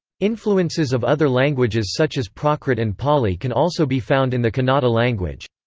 influences of other languages such as prakrit and pali can also be found in the kannada language.